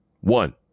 One